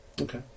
Okay